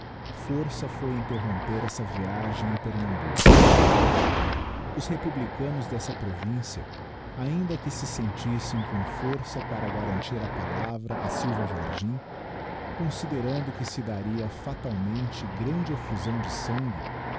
força foi interromper essa viagem em pernambuco os republicanos dessa província ainda que se eentissem com força para garantir a palavra a súva jardim considerando que se daria fatalmente grande effusão de sangue